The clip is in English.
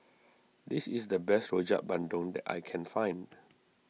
this is the best Rojak Bandung that I can find